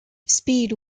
speed